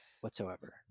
whatsoever